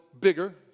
bigger